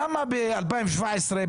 למה ב-2017,